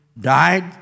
died